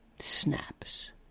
snaps